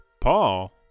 Paul